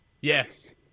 Yes